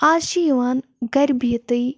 آز چھِ یِوان گَرِ بِہتٕے